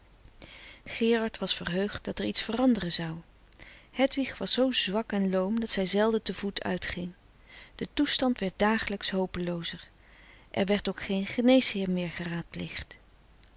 gerard was verheugd dat er iets veranderen zou hedwig was zoo zwak en loom dat zij zelden te voet uitging de toestand werd dagelijks hopeloozer er werd ook geen geneesheer meer